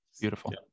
Beautiful